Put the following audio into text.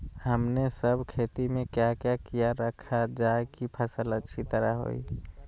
हमने सब खेती में क्या क्या किया रखा जाए की फसल अच्छी तरह होई?